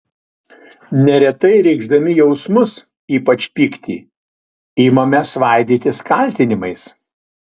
neretai reikšdami jausmus ypač pyktį imame svaidytis kaltinimais